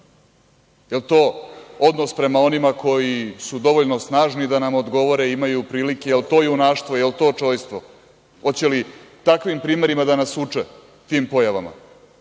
Jel to odnos prema onima koji su dovoljno snažni da nam odgovore, imaju prilike? Jel to junaštvo, jel to čojstvo? Hoće li takvim primerima da nas uče tim pojavama?